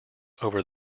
over